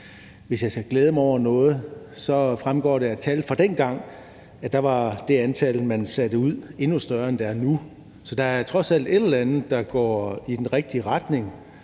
Hvis jeg skal glæde mig over noget, fremgår det af tal fra dengang, at der var det antal, man satte ud, endnu større, end det er nu. Så der er trods alt et eller andet, der går i den rigtige retning;